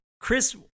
Chris